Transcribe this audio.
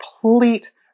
complete